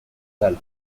galo